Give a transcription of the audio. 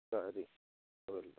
sorry